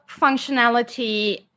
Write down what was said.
functionality